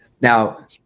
Now